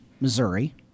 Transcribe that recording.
Missouri